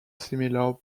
similar